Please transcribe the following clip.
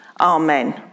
Amen